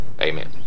Amen